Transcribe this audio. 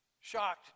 Shocked